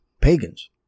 pagans